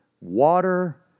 water